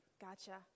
Gotcha